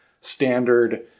standard